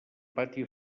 pati